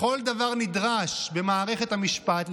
לכל דבר נדרש במערכת המשפט,